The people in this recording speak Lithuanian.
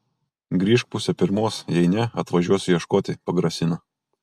grįžk pusę pirmos jei ne atvažiuosiu ieškoti pagrasina